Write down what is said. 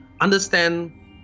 understand